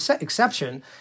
exception